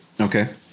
Okay